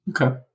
okay